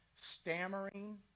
stammering